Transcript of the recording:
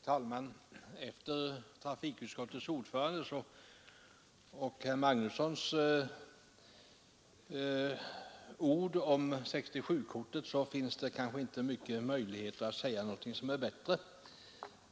Herr talman! Efter trafikutskottets ordförandes och herr Magnussons i Kristinehamn ord om 67-kortet finns det kanske inte stora möjligheter att säga någonting som är bättre.